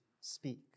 speak